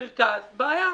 מלונות במרכז הייתה בהם בעיה.